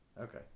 Okay